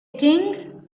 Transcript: king